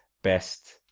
best